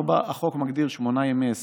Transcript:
4. החוק מגדיר שמונה ימי הסגר,